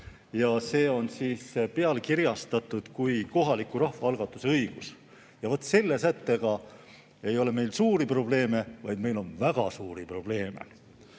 See on pealkirjastatud kui "Kohaliku rahvaalgatuse õigus". Vaat selle sättega ei ole meil suuri probleeme, vaid meil on väga suuri probleeme.